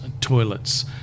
toilets